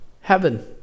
heaven